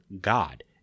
God